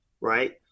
right